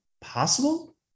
possible